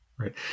Right